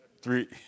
Three